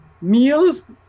meals